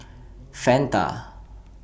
Fanta